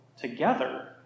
together